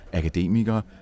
akademikere